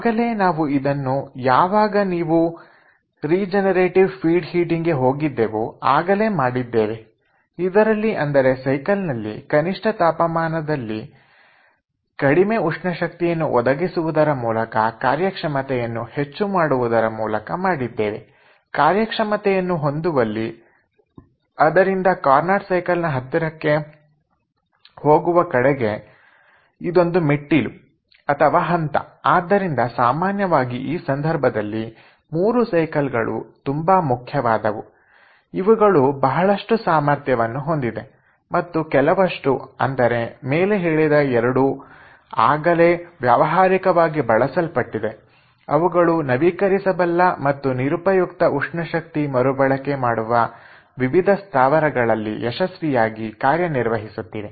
ಆಗಲೇ ನಾವು ಇದನ್ನು ಯಾವಾಗ ನಾವು ರೀಜನರೇಟಿವ್ ಫೀಡ್ ಹೀಟಿಂಗ್ ಗೆ ಹೋಗಿದ್ದೆವು ಆಗಲೇ ಮಾಡಿದ್ದೇವೆ ಇದರಲ್ಲಿ ಅಂದರೆ ಸೈಕಲ್ ನಲ್ಲಿ ಕನಿಷ್ಠ ತಾಪಮಾನದಲ್ಲಿ ಕಡಿಮೆ ಉಷ್ಣ ಶಕ್ತಿಯನ್ನು ಒದಗಿಸುವುದರ ಮೂಲಕ ಕಾರ್ಯಕ್ಷಮತೆಯನ್ನು ಹೆಚ್ಚು ಮಾಡುವುದರ ಮೂಲಕ ಮಾಡಿದ್ದೇವೆ ಕಾರ್ಯಕ್ಷಮತೆಯನ್ನು ಹೊಂದುವಲ್ಲಿ ಅದರಿಂದ ಕಾರ್ನಾಟ್ ಸೈಕಲ್ ನ ಹತ್ತಿರಕ್ಕೆ ಹೋಗುವ ಕಡೆಗೆ ಇದೊಂದು ಮೆಟ್ಟಿಲು ಹಂತ ಆದ್ದರಿಂದ ಸಾಮಾನ್ಯವಾಗಿ ಈ ಸಂದರ್ಭದಲ್ಲಿ 3 ಸೈಕಲ್ ಗಳು ತುಂಬಾ ಮುಖ್ಯವಾದವು ಇವುಗಳು ಬಹಳಷ್ಟು ಸಾಮರ್ಥ್ಯವನ್ನು ಹೊಂದಿದೆ ಮತ್ತು ಕೆಲವಷ್ಟು ಅಂದರೆ ಮೇಲೆ ಹೇಳಿದ ಎರಡು ಆಗಲೇ ವ್ಯಾವಹಾರಿಕವಾಗಿ ಬಳಸಲ್ಪಟ್ಟಿದೆ ಅವುಗಳು ನವೀಕರಿಸಬಲ್ಲ ಮತ್ತು ನಿರುಪಯುಕ್ತ ಉಷ್ಣಶಕ್ತಿ ಮರುಬಳಕೆ ಮಾಡುವ ವಿವಿಧ ಸ್ಥಾವರಗಳಲ್ಲಿ ಯಶಸ್ವಿಯಾಗಿ ಕಾರ್ಯನಿರ್ವಹಿಸುತ್ತಿವೆ